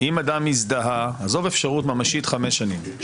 אם אדם הזדהה עזוב אפשרות ממשית חמש שנים,